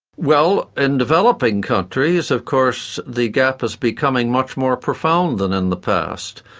well in developing countries of course the gap is becoming much more profound than in the past.